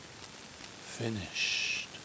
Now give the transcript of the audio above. finished